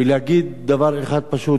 ולהגיד דבר אחד פשוט,